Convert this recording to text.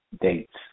dates